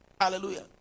Hallelujah